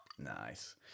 nice